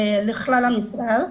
לכלל המשרד.